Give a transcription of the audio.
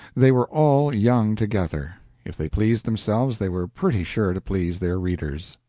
they were all young together if they pleased themselves, they were pretty sure to please their readers.